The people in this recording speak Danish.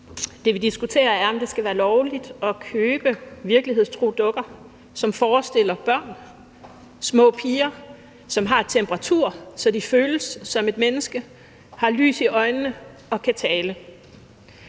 Det, vi diskuterer, er, om det skal være lovligt at købe virkelighedstro dukker, som forestiller børn, små piger, som har temperatur, så de føles som mennesker, har lys i øjnene og kan tale.